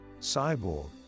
cyborg